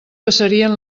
passarien